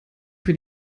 für